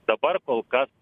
dabar kol kas